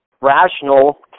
Rational